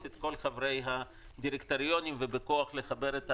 את כל חברי הדירקטוריונים ולחבר את התאגידים.